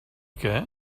què